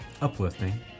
uplifting